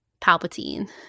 Palpatine